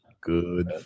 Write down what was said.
Good